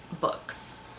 books